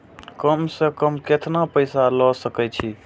कम से कम केतना पैसा ले सके छी?